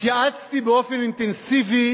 התייעצתי באופן אינטנסיבי